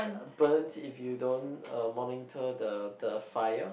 uh burnt if you don't uh monitor the the fire